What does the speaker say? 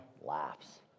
laughs